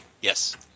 Yes